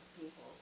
people